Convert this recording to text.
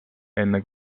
enne